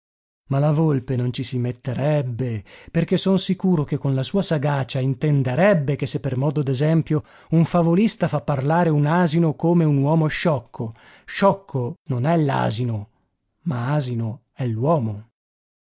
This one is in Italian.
ma la volpe non ci si metterebbe perché son sicuro che con la sua sagacia intenderebbe che se per modo d'esempio un favolista fa parlare un asino come un uomo sciocco sciocco non è l'asino ma asino è